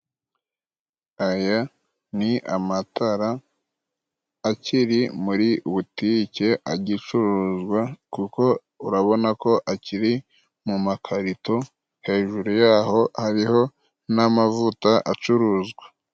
Aya ni amatara akiri muri butike agicuruzwa, kuko urabona ko akiri mu makarito, hejuru ya ho hariho n'amavuta acuruzwa.